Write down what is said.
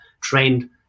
trained